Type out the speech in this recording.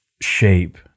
shape